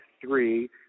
three